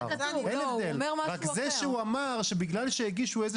על כך שהמבקר אמר שבגלל שהגישו איזו